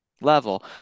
level